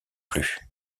plus